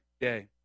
day